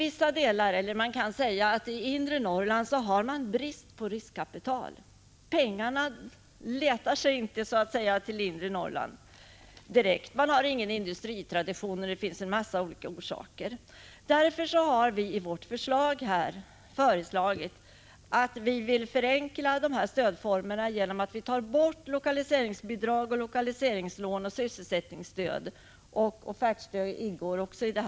I inre Norrland har man brist på riskkapital — pengarna letar sig så att säga inte till inre Norrland; man har inga industritraditioner, och det finns en massa andra orsaker. Därför vill vi förenkla stödformerna genom att ta bort lokaliseringsbidrag, lokaliseringslån och sysselsättningsstöd; offertstöd ingår också i det.